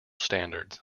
standards